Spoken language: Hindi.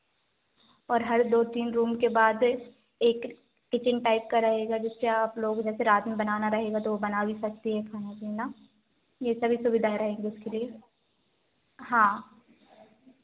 और हर दो तीन रूम के बाद एक किचेन टाइप का रहेगा जिससे आप लोग जैसे रात में बनाना रहेगा तो बना भी सकती हैं खाना पीना ये सभी सुविधाएं रहेंगी उसके लिए हाँ